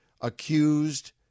accused